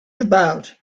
about